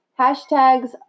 hashtags